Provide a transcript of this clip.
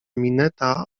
mineta